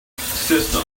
system